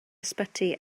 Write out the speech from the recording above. ysbyty